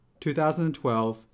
2012